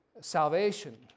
Salvation